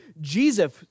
Jesus